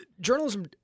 journalism